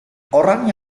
orang